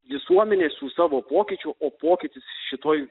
visuomenė su savo pokyčiu o pokytis šitoj